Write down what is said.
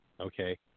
okay